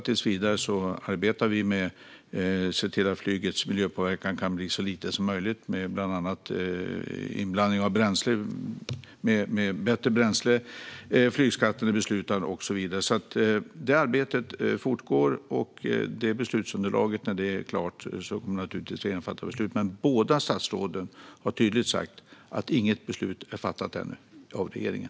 Tills vidare arbetar vi med att se till att flygets miljöpåverkan kan bli så liten som möjligt genom bland annat bättre bränsle. Flygskatten är beslutad och så vidare. Det arbetet fortgår, och när beslutsunderlaget är klart kommer regeringen naturligtvis att fatta beslut, men båda statsråden har tydligt sagt att inget beslut ännu är fattat av regeringen.